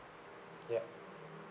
yup